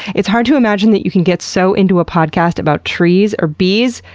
it's hard to imagine that you can get so into a podcast about trees or bees,